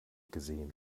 gesehen